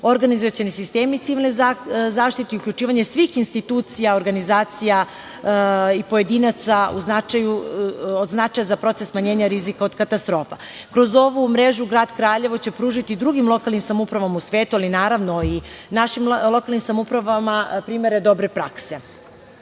organizacioni sistemi civilne zaštite i uključivanje svih institucija organizacija i pojedinaca od značaja za proces smanjenja rizika od katastrofa. Kroz ovu mrežu grad Kraljevo će pružiti drugim lokalnim samoupravama u svetu, ali i našim lokalnim samoupravama primere dobre prakse. Treba